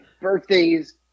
Birthdays